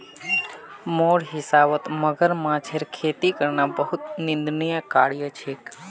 मोर हिसाबौत मगरमच्छेर खेती करना बहुत निंदनीय कार्य छेक